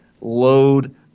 load